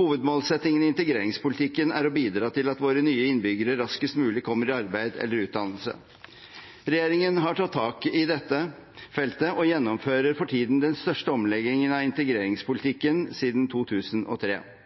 Hovedmålsettingene i integreringspolitikken er å bidra til at våre nye innbyggere raskest mulig kommer i arbeid eller utdannelse. Regjeringen har tatt tak i dette feltet og gjennomfører for tiden den største omleggingen av integreringspolitikken siden 2003,